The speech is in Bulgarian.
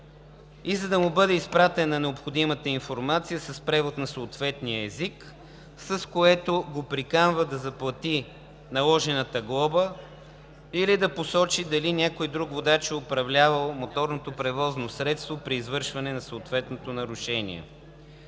и за да му бъде изпратена необходимата информация с превод на съответния език, с което го приканва да заплати наложената глоба или да посочи дали някой друг водач е управлявал моторното превозно средство при извършване на съответното нарушение.